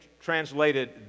translated